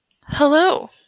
hello